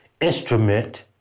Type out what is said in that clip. instrument